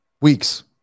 Weeks